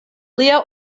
lia